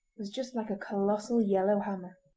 was just like a colossal yellow-hammer.